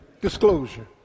Disclosure